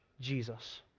Jesus